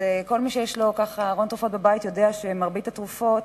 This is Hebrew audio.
כל מי שיש לו ארון תרופות בבית יודע שמרבית התרופות,